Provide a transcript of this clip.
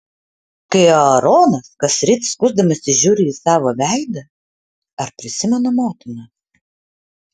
kai aaronas kasryt skusdamasis žiūri į savo veidą ar prisimena motiną